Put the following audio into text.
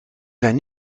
zijn